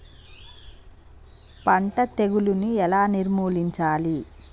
పంట తెగులుని ఎలా నిర్మూలించాలి?